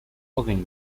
ogień